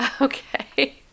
Okay